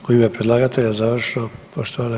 U ime predlagatelja završno, poštovana